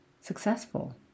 successful